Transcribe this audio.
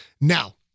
Now